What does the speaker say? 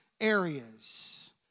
areas